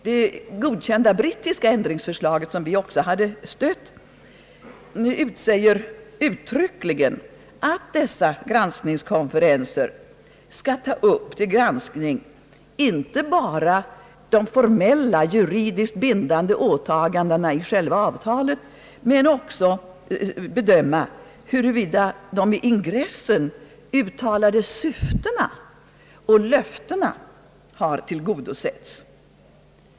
Det godkända brittiska ändringsförslaget, som vi också gett vårt stöd, förklarar uttryckligen att dessa konferenser inte bara skall granska de formella, juridiskt bindande åtagandena i själva avtalet utan också bedöma huruvida de i ingressen uttalade syftena och löftena har tillgodosetts.